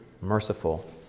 merciful